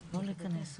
בא אדם,